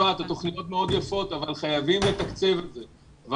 התוכניות מאוד יפות אבל חייבים לתקצב את זה.